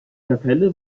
kapelle